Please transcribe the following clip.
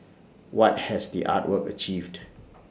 what has the art work achieved